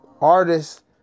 artists